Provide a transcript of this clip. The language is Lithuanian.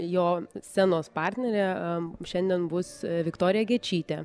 jo scenos partnerė šiandien bus viktorija gečytė